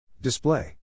Display